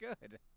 good